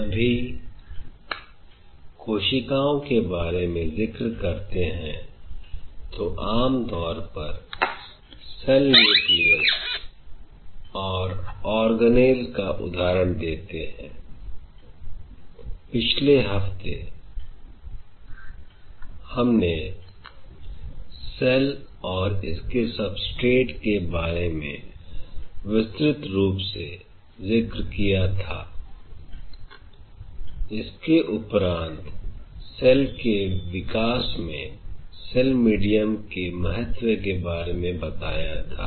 जब भी कोशिकाओं के बारे में जिक्र करते हैं तो आमतौर पर CELL न्यूक्लियस और ORGANELLE का उदाहरण देते हैं I पिछले हफ्ते हमने CELL और उसके SUBSTRATE के बारे में विस्तृत रूप से जिक्र किया था I इसके उपरांत CELL के विकास में CELL MEDIUM के महत्व के बारे में बताया था